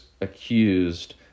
accused